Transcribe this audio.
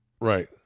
Right